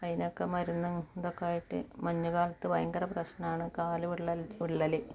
അതിനൊക്കെ മരുന്നും ഇതൊക്കെ ആയിട്ട് മഞ്ഞുകാലത്ത് ഭയങ്കര പ്രശ്നമാണ് കാൽ വിള്ളൽ വിള്ളൽ